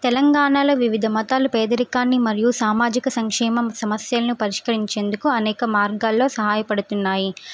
తెలంగాణలో వివిధ మతాలు పేదరికాన్ని మరియు సామాజిక సంక్షేమ సమస్యలను పరిష్కరించేందుకు అనేక మార్గాలలో సహాయపడుతున్నాయి